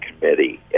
committee